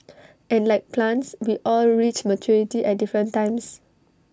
and like plants we all reach maturity at different times